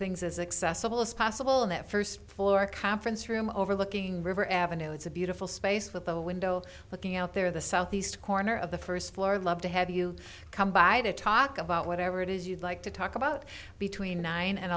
things as accessible as possible in that first floor conference room overlooking river avenue it's a beautiful space with the window looking out there the southeast corner of the first floor love to have you come by to talk about whatever it is you'd like to talk about between nine and